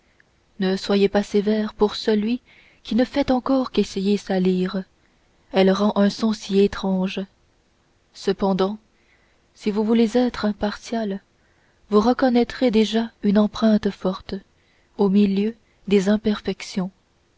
ne soyez pas sévère pour celui qui ne fait encore qu'essayer sa lyre elle rend un son si étrange cependant si vous voulez être impartial vous reconnaîtrez déjà une empreinte forte au milieu des imperfections